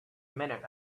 minute